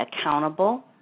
accountable